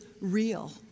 real